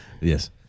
Yes